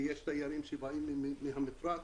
ויש תיירים שבאים מהמפרץ,